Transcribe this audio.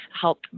help